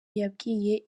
yabwiye